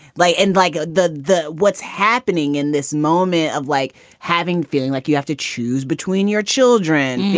like in like the the what's happening in this moment of like having feeling like you have to choose between your children.